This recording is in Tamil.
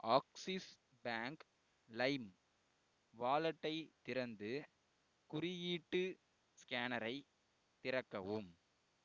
ஆக்ஸிஸ் பேங்க் லைம் வாலெட்டை திறந்து குறியீட்டு ஸ்கேனரை திறக்கவும்